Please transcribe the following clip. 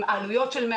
עלויות?